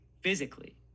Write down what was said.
physically